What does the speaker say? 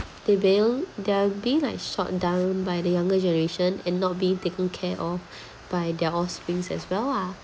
they being they're being like shot down by the younger generation and not being taken care of by their offspring as well ah